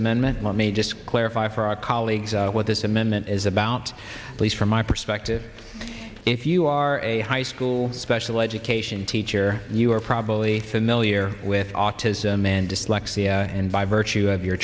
amendment let me just clarify for our colleagues what this amendment is about least from my perspective if you are a high school special education teacher you are probably familiar with autism and dyslexia and by virtue of your